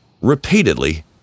repeatedly